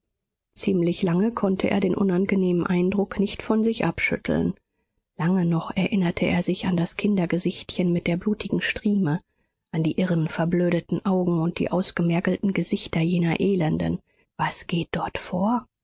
ziemlich lange konnte er den unangenehmen eindruck nicht von sich abschütteln lange noch erinnerte er sich an das kindergesichtchen mit der blutigen strieme an die irren verblödeten augen und die ausgemergelten gesichter jener elenden was geht dort vor